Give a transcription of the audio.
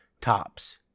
Tops